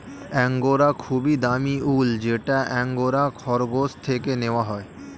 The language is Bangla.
অ্যাঙ্গোরা খুবই দামি উল যেটা অ্যাঙ্গোরা খরগোশ থেকে নেওয়া হয়